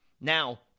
Now